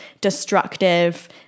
destructive